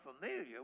familiar